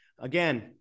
again